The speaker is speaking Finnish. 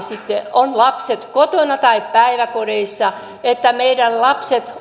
on ovat lapset kotona tai päiväkodeissa että meidän lapset